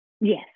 Yes